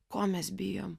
ko mes bijom